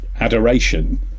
adoration